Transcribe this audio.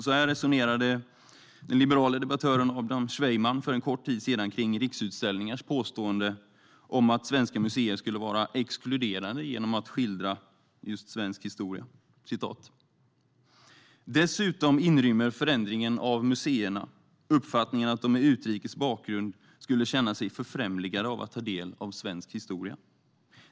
Så här resonerade den liberale debattören Adam Cwejman för en kort tid sedan apropå Riksutställningars påstående om att svenska museer skulle vara exkluderande genom att skildra just svensk historia: "Dessutom inrymmer förändringen av museerna uppfattningen att de med utrikes bakgrund skulle känna sig förfrämligade av att ta del av svensk historia.